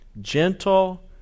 gentle